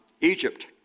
Egypt